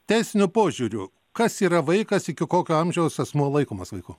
teisiniu požiūriu kas yra vaikas iki kokio amžiaus asmuo laikomas vaiku